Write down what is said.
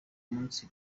munsi